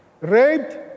raped